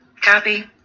Copy